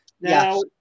Now